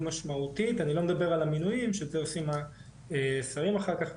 משמעותית אני לא מדבר על המינויים שזה עושים השרים אחר כך,